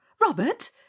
Robert